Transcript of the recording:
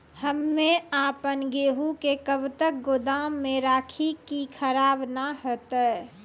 हम्मे आपन गेहूँ के कब तक गोदाम मे राखी कि खराब न हते?